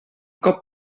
cop